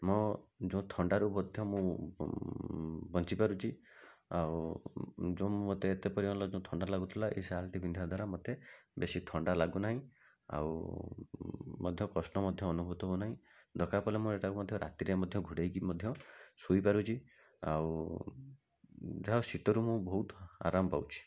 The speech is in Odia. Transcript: ମୋ ଯେଉଁ ଥଣ୍ଡାରୁ ମଧ୍ୟ ମୁଁ ବଞ୍ଚିପାରୁଛି ଆଉ ଯେଉଁ ମୋତେ ଏତେ ପରିମାଣରେ ଯେଉଁ ଥଣ୍ଡା ଲାଗୁଥିଲା ଏ ଶାଲ୍ଟି ପିନ୍ଧିବା ଦ୍ୱାରା ମୋତେ ବେଶୀ ଥଣ୍ଡା ଲାଗୁନାହିଁ ଆଉ ମଧ୍ୟ କଷ୍ଟ ମଧ୍ୟ ଅନୁଭୂତ ହଉନାହିଁ ଦରକାର ପଡ଼ିଲେ ମୁଁ ଏଇଟାକୁ ମଧ୍ୟ ରାତିରେ ମଧ୍ୟ ଘୋଡ଼ାଇକି ମଧ୍ୟ ଶୋଇ ପାରୁଛି ଆଉ ଯାହା ହଉ ଶୀତରୁ ମୁଁ ବହୁତ ଆରାମ ପାଉଛି